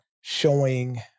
showing